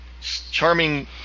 charming